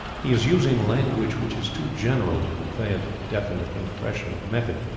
he is using language which is too general to convey a definite impression of method,